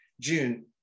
june